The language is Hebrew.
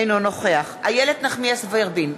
אינו נוכח איילת נחמיאס ורבין,